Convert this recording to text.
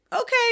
okay